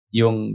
yung